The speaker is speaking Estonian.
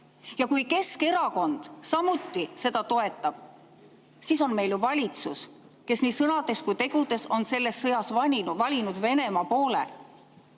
Ja kui Keskerakond samuti seda toetab, siis on meil valitsus, kes nii sõnades kui tegudes on selles sõjas valinud Venemaa poole.